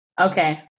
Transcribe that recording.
Okay